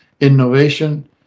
innovation